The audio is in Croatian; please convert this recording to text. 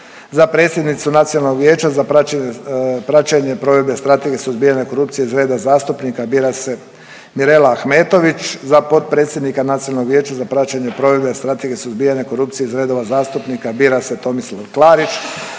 za predsjednicu Nacionalnog vijeća za praćenje provedbe Strategije suzbijanja korupcije iz reda zastupnika bira se Mirela Ahmetović, za potpredsjednika Nacionalnog vijeća za praćenje provedbe Strategije suzbijanja korupcije iz redova zastupnika bira se Tomislav Klarić,